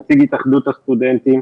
נציג התאחדות הסטודנטים,